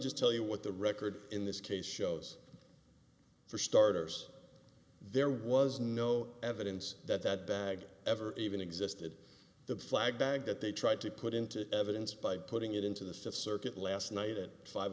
just tell you what the record in this case shows for starters there was no evidence that that bag ever even existed the flag bag that they tried to put into evidence by putting it into the circuit last night at five